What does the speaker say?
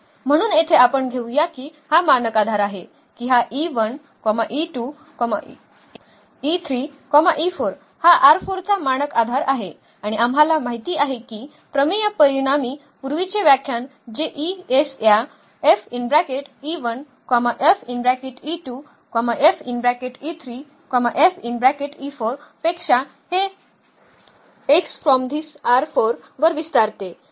म्हणून येथे आपण घेऊया की हा मानक आधार आहे की हा हा चा मानक आधार आहे आणि आम्हाला माहित आहे की प्रमेय परिणामी पूर्वीचे व्याख्यान जे e s या पेक्षा हे वर विस्तारते